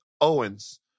Owens